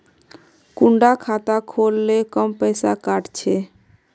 कुंडा खाता खोल ले कम पैसा काट छे?